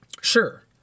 sure